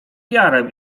jarem